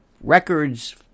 records